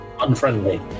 unfriendly